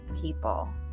people